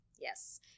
Yes